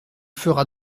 fera